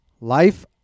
Life